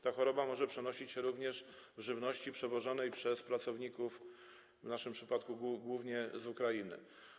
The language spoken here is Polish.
Ta choroba może przenosić się również w żywności przewożonej przez pracowników, w naszym przypadku - głównie z Ukrainy.